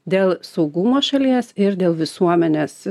dėl saugumo šalies ir dėl visuomenės